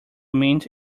mint